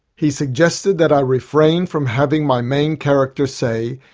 he suggested that i refrain from having my main character say,